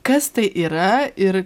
kas tai yra ir